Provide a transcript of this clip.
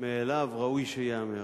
מאליו ראוי שייאמר.